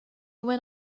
went